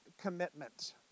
commitment